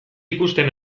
ikusten